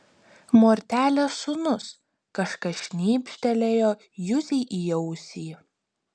mortelės sūnus kažkas šnypštelėjo juzei į ausį